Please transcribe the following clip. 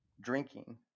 drinking